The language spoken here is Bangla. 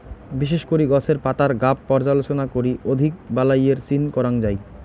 বিশেষ করি গছের পাতার গাব পর্যালোচনা করি অধিক বালাইয়ের চিন করাং যাই